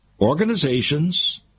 organizations